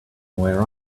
where